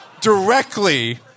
Directly